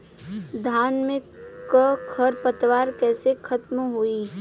धान में क खर पतवार कईसे खत्म होई?